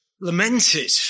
lamented